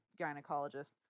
gynecologist